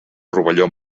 rovelló